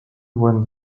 when